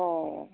অঁ